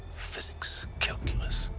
physics. calculus.